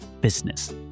business